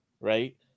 right